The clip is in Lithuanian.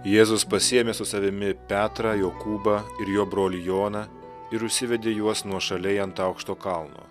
jėzus pasiėmė su savimi petrą jokūbą ir jo brolį joną ir užsivedė juos nuošaliai ant aukšto kalno